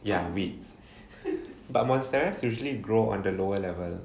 ya weeds but monstera usually grow on the lower level ya so you have been blocked by the trees right I appreciate that